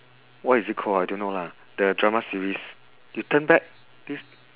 what is it call I don't know lah the drama series you turn back this